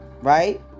right